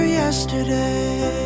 yesterday